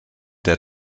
der